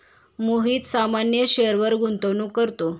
मोहित सामान्य शेअरवर गुंतवणूक करतो